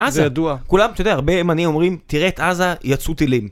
עזה, כולם, אתה יודע, הרבה ימנים אומרים, תראה את עזה, יצאו טילים.